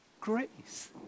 grace